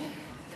אולי תהיה